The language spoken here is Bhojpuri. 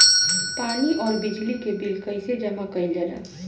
पानी और बिजली के बिल कइसे जमा कइल जाला?